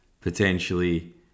potentially